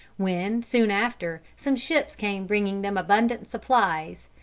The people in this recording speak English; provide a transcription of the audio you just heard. when, soon after, some ships came bringing them abundant supplies,